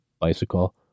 bicycle